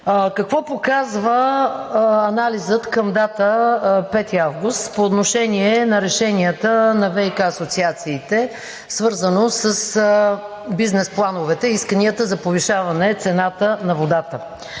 какво показва анализът към дата 5 август по отношение на решенията на ВиК асоциациите, свързано с бизнес плановете и исканията за повишаване цената на водата?